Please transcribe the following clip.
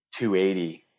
280